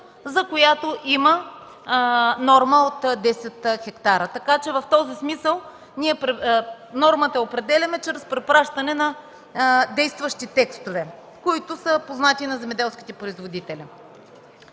за която има норма от десет хектара. Така че в този смисъл нормата я определяме чрез препращане на действащи текстове, които са познати на земеделските производители.